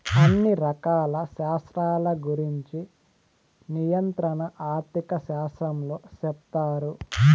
అన్ని రకాల శాస్త్రాల గురుంచి నియంత్రణ ఆర్థిక శాస్త్రంలో సెప్తారు